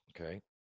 Okay